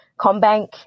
ComBank